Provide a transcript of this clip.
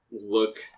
look